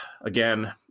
again